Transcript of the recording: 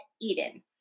Eden